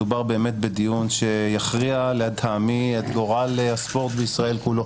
מדובר באמת בדיון שיכריע לטעמי את גורל הספורט בישראל כולו,